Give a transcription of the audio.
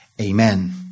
Amen